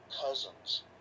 cousins